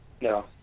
No